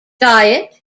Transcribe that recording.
diet